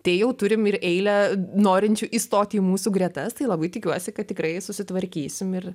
tai jau turim ir eilę norinčių įstoti į mūsų gretas tai labai tikiuosi kad tikrai susitvarkysim ir